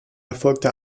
erfolgte